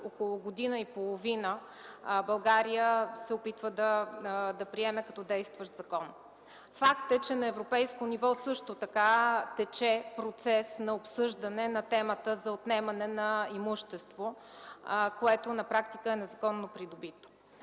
около година и половина се опитва да приеме като действащ закон. Факт е, че на европейско ниво също така тече процес на обсъждане на темата за отнемане на имущество, което на практика е незаконно придобито.